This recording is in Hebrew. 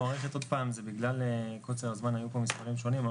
בגלל קוצר הזמן היו מספרים שונים,